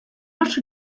not